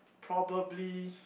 probably